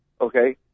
okay